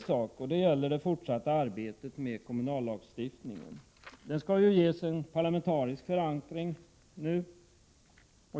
Jag vill peka på det fortsatta arbetet med kommunallagstiftningen. Den skall ju ges en parlamentarisk förankring.